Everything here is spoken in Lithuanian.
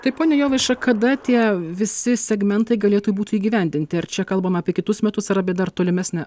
tai pone jovaiša kada tie visi segmentai galėtų būti įgyvendinti ar čia kalbama apie kitus metus ar apie dar tolimesnę